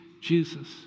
Jesus